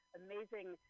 amazing